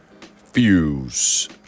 Fuse